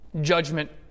judgment